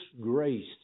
Grace